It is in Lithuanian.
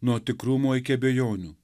nuo tikrumo iki abejonių